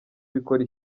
bikora